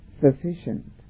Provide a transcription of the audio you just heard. sufficient